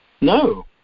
No